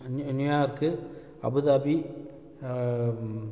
new New York Abu Dhabi